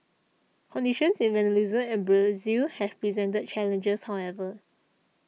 conditions in Venezuela and Brazil have presented challenges however